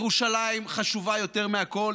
ירושלים חשובה יותר מהכול,